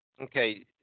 Okay